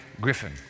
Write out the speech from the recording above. Griffin